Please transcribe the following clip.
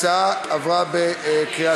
סעיף 6 התקבל כנוסח